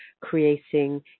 creating